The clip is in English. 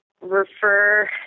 refer